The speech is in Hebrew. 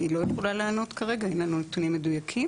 אני לא יכולה לענות כרגע אם אין לנו נתונים מדויקים.